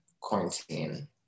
quarantine